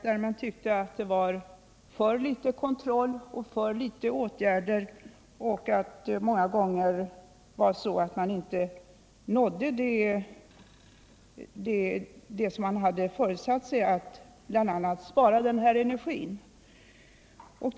Det framhölls då att det förekommer för litet av kontroll och åtgärder på detta område och att man många gånger inte uppfyller föresatserna när det gäller energisparandet.